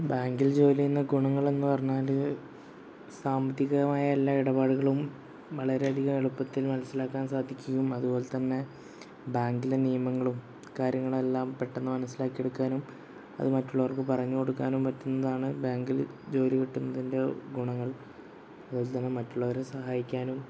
ബാങ്കിൽ ജോലി ചെയ്യുന്ന ഗുണങ്ങളെന്ന് പറഞ്ഞാൽ സാമ്പത്തികമായ എല്ലാ ഇടപാടുകളും വളരെ അധികം എളുപ്പത്തിൽ മനസ്സിലാക്കാൻ സാധിക്കും അതുപോലെ തന്നെ ബാങ്കിലെ നിയമങ്ങളും കാര്യങ്ങളെല്ലാം പെട്ടെന്ന് മനസ്സിലാക്കി എടുക്കാനും അത് മറ്റുള്ളവർക്ക് പറഞ്ഞു കൊടുക്കാനും പറ്റുന്നതാണ് ബാങ്കിൽ ജോലി കിട്ടുന്നതിൻ്റെ ഗുണങ്ങൾ അതുപോലെ തന്നെ മറ്റുള്ളവരെ സഹായിക്കാനും